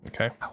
Okay